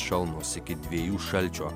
šalnos iki dviejų šalčio